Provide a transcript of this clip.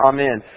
Amen